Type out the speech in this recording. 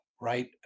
right